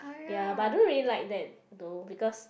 ya but I don't really like that though because